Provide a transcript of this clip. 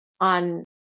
on